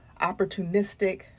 opportunistic